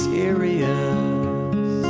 serious